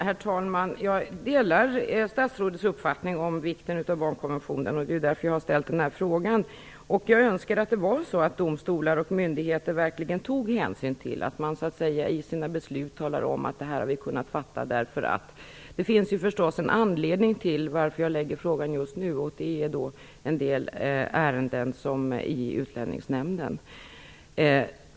Herr talman! Jag delar statsrådets uppfattning om vikten av barnkonventionen, och det är därför jag har ställt frågan. Jag önskar att det var så att domstolar och myndigheter verkligen i besluten talade om varför beslutet har fattats. Det finns förstås en orsak till att jag ställer frågan just nu, och det är med anledning av en del ärenden som nu ligger hos Utlänningsnämnden.